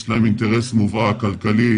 יש להם אינטרס מובהק כלכלי